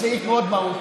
איפה הוא נולד?